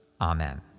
Amen